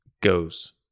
goes